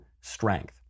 strength